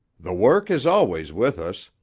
the work is always with us,